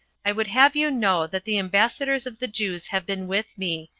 i would have you know that the ambassadors of the jews have been with me,